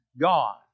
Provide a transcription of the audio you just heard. God